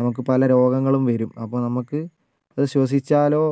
നമുക്ക് പല രോഗങ്ങളും വരും അപ്പോൾ നമുക്ക് ശ്വസിച്ചാലോ